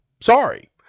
sorry